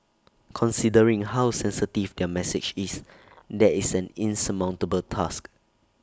considering how sensitive their message is that is an insurmountable task